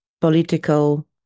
political